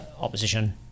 opposition